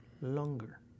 longer